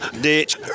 ditch